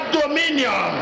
dominion